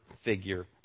figure